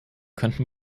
könnten